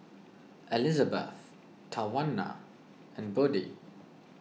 Elisabeth Tawanna and Buddie